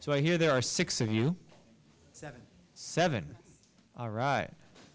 so i hear there are six of you seven seven all right